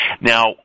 Now